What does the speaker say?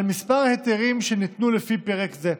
על מספר ההיתרים שניתנו לפי פרק זה.